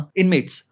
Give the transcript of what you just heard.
inmates